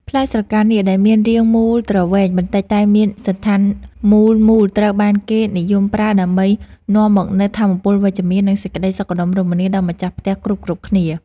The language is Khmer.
ផ្លែស្រកានាគដែលមានរាងមូលទ្រវែងបន្តិចតែមានសណ្ឋានមូលមូលត្រូវបានគេនិយមប្រើដើម្បីនាំមកនូវថាមពលវិជ្ជមាន និង សេចក្តីសុខដុមរមនាដល់ម្ចាស់ផ្ទះគ្រប់ៗគ្នា។